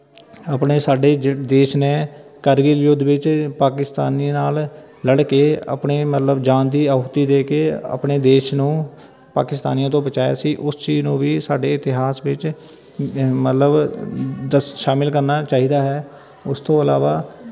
ਆਪਣੇ ਸਾਡੇ ਜ ਦੇਸ਼ ਨੇ ਕਾਰਗਿਲ ਯੁੱਧ ਵਿੱਚ ਪਾਕਿਸਤਾਨੀ ਨਾਲ ਲੜ ਕੇ ਆਪਣੇ ਮਤਲਬ ਜਾਨ ਦੀ ਆਹੂਤੀ ਦੇ ਕੇ ਆਪਣੇ ਦੇਸ਼ ਨੂੰ ਪਾਕਿਸਤਾਨੀਆਂ ਤੋਂ ਬਚਾਇਆ ਸੀ ਉਸ ਚੀਜ਼ ਨੂੰ ਵੀ ਸਾਡੇ ਇਤਿਹਾਸ ਵਿੱਚ ਮਤਲਬ ਦਸ ਸ਼ਾਮਲ ਕਰਨਾ ਚਾਹੀਦਾ ਹੈ ਉਸ ਤੋਂ ਇਲਾਵਾ